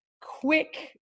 quick